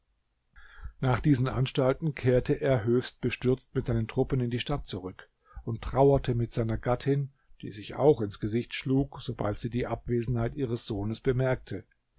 nach diesen anstalten kehrte er höchst bestürzt mit seinen truppen in die stadt zurück und trauerte mit seiner gattin die sich auch ins gesicht schlug sobald sie die abwesenheit ihres sohnes bemerkte